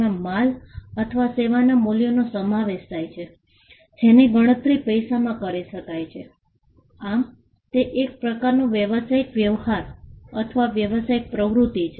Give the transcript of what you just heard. તેમાં માલ અથવા સેવાના મૂલ્યનો સમાવેશ થાય છે જેની ગણતરી પૈસામાં કરી શકાય છે આમ તે એક પ્રકારનો વ્યવસાયિક વ્યવહાર અથવા વ્યવસાય પ્રવૃત્તિ છે